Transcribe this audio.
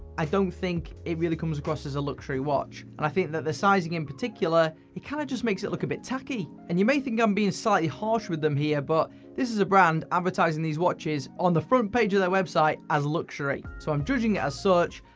i don't think it really comes across as a luxury watch, and i think that the sizing, in particular, it kinda kind of just makes it look a bit tacky. and you may think i'm being slightly harsh with them here, but this is a brand advertising these watches, on the front page of their website, as luxury, so i'm judging it as such,